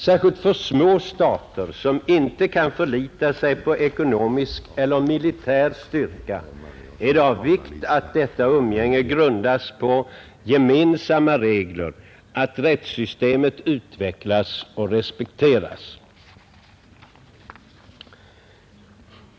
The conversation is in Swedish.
Särskilt för små stater, som inte kan förlita sig på ekonomisk eller militär styrka, är det av vikt att detta umgänge grundas på gemensamma regler, att rättssystemet utvecklas och respekteras.